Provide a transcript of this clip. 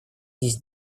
есть